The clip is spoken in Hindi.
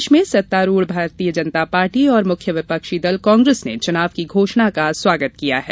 प्रदेश में सत्तारूढ़ भारतीय जनता पार्टी और मुख्य विपक्षी दल कांग्रेस ने चुनाव की घोषणा का स्वागत किया है